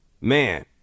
Man